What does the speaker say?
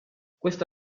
questa